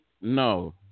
No